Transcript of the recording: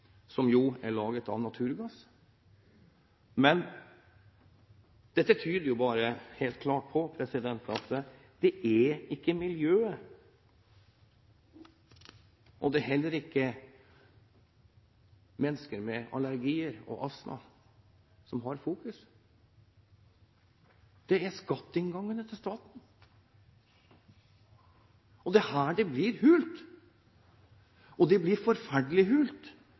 som jo er laget av naturgass. Men dette tyder bare helt klart på at det ikke er miljøet, og det er heller ikke mennesker med allergier og astma, som er i fokus. Det er skatteinngangene til staten. Det er her det blir hult, det blir forferdelig hult.